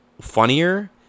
funnier